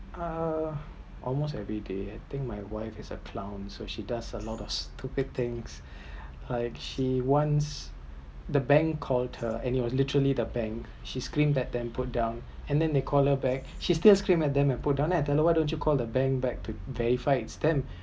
err almost everyday I think my wife is a crown so she does a lot of stupid things like she wants the bank called her and she was literally the bank she screamed at them and put down and then they called her back she still scream at them and put down bank then I tell her why don’t you called the bank back to verify is them